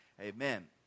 amen